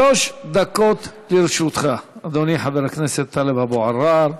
שלוש דקות לרשותך, אדוני, חבר הכנסת טלב אבו עראר.